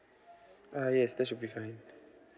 uh yes that should be fine